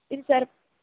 ఇది సర్